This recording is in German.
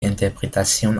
interpretation